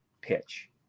pitch